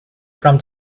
from